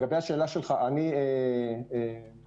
הייתה סדנה עם יועץ בין-לאומי.